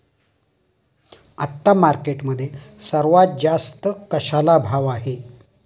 आता मार्केटमध्ये सर्वात जास्त कशाला भाव आहे?